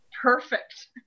Perfect